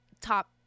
top